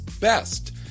best